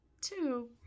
two